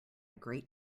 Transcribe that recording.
great